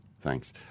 thanks